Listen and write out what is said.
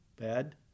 bad